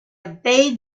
obeyed